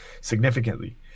significantly